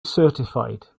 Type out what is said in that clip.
certified